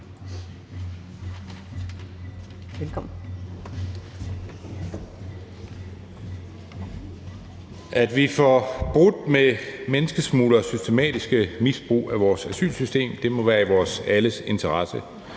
At vi får brudt med menneskesmugleres systematiske misbrug af vores asylsystem, og at vi får sat en stopper